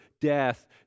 death